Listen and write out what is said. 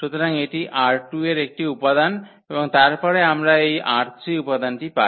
সুতরাং এটি ℝ2 এর একটি উপাদান এবং তারপরে আমরা এই ℝ3 উপাদানটি পাই